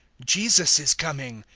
jesus is coming,